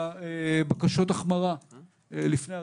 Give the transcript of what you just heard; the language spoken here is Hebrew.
בבקשות ההחמרה לפני הרפורמה.